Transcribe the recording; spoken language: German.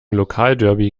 lokalderby